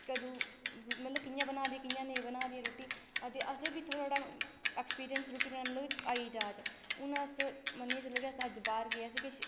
कदूं मतलब कि'यां बना दी कि'यां नेईं बना दी ऐ रुट्टी अते असें बी थोह्ड़ा थोह्ड़ा ऐक्सपीरियंस रुट्टी बनाने दा मतलब आई गेई जाच हून अस मन्नियै चलो कि अज्ज अस बाह्र गै असें किश